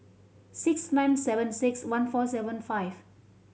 six nine seven six one four seven five